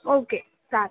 okay चालेल